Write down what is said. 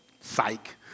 Psych